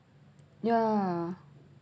yeah